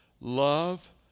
Love